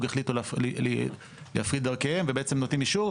החליטו להפריד דרכיהם ובעצם נותנים אישור.